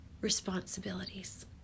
responsibilities